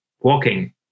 walking